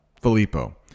filippo